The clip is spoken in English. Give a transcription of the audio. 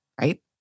right